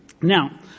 Now